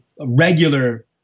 regular